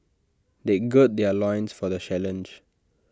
they gird their loins for the challenge